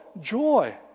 joy